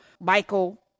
Michael